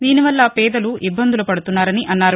దీనివల్ల పేదలు ఇబ్బందులు పడుతున్నారని అన్నారు